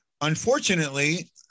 unfortunately